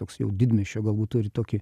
toks jau didmiesčio galbūt turi tokį